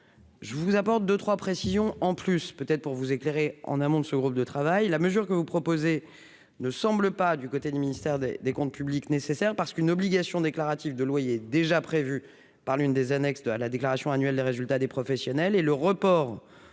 je vous apporte deux 3 précisions en plus peut-être pour vous éclairer, en amont de ce groupe de travail, la mesure que vous proposez ne semble pas du côté du ministère des des comptes publics nécessaires parce qu'une obligation déclarative de loyer déjà prévue par l'une des annexes de à la déclaration annuelle des résultats des professionnels et le report